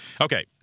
Okay